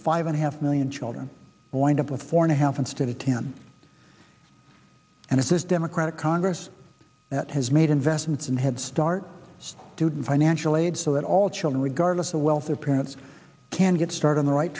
five and a half million children wind up with four and a half instead of ten and it's this democratic congress that has made investments in headstart dude and financial aid so that all children regardless of wealth their parents can get start on the right